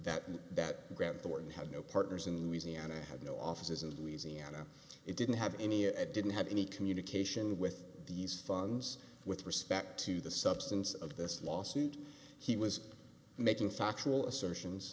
thornton had no partners in louisiana had no offices in louisiana it didn't have any it didn't have any communication with these funds with respect to the substance of this lawsuit he was making factual assertions